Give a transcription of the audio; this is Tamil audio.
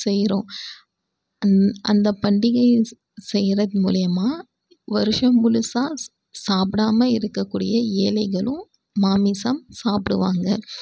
செய்கிறோம் அந்தப் பண்டிகையை செய்கிறது மூலிமா வருடம் முழுசாக சாப்பிடாம இருக்கக்கூடிய ஏழைகளும் மாமிசம் சாப்பிடுவாங்க